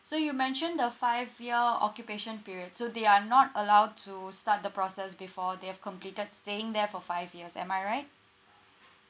so you mentioned the five year occupation period so they are not allowed to start the process before they have completed staying there for five years am I right